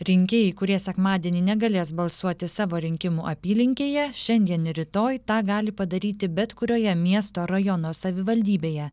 rinkėjai kurie sekmadienį negalės balsuoti savo rinkimų apylinkėje šiandien ir rytoj tą gali padaryti bet kurioje miesto rajono savivaldybėje